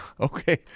Okay